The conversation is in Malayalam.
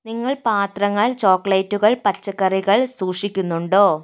നിങ്ങൾ പാത്രങ്ങൾ ചോക്ലേറ്റുകൾ പച്ചക്കറികൾ സൂക്ഷിക്കുന്നുണ്ടോ